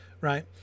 Right